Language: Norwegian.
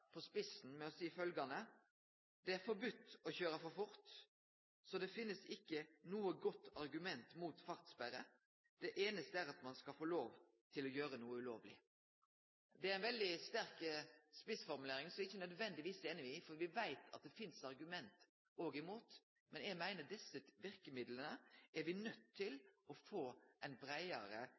på spissen ved å seie følgjande: Det er forbode å kjøre for fort, så det finst ikkje noko godt argument mot fartssperre – det einaste er at ein skal få lov til å gjere noko ulovleg. Det er ei veldig sterk spissformulering, som eg ikkje nødvendigvis er einig i, for me veit at det finst argument imot òg. Men eg meiner at desse verkemidla er me nøydde til å få ei breiare